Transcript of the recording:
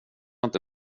inte